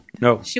no